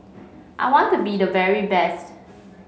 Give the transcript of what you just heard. I want to be the very best